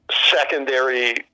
secondary